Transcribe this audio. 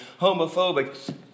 homophobic